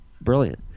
brilliant